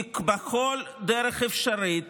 כי בכל דרך אפשרית